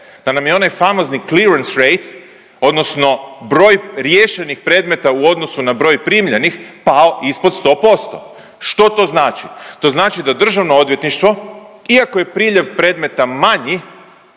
da nam je onaj famozni …/Govornik se ne razumije./…odnosno broj riješenih predmeta u odnosu na broj primljenih pao ispod 100%. Što to znači? To znači da državno odvjetništvo iako je priljev predmeta manji